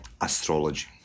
astrology